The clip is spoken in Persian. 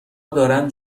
دارند